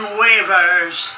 wavers